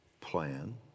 plan